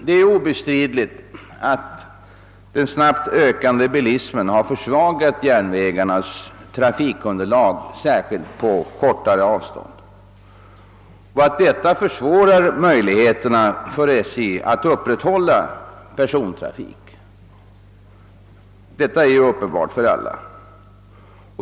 Det är obestridligt att den snabbt växande bilismen försvagat järnvägarnas trafikunderlag, särskilt på kortare avstånd, och att detta gör det svårare för SJ att upprätthålla persontrafik. Det är uppenbart för alla.